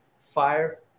fire